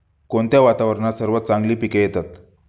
कोणत्या वातावरणात सर्वात चांगली पिके येतात?